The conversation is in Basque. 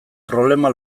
problema